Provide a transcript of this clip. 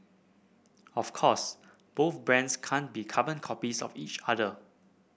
of course both brands can't be carbon copies of each other